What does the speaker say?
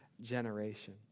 generation